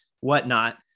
whatnot